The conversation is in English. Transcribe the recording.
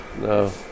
No